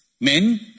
Men